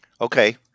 Okay